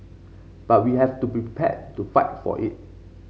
but we have to be prepared to fight for it